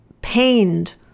pained